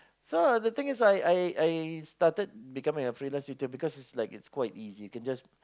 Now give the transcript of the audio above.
so the thing is I I I started becoming a freelance tutor because its like it's quite easy can just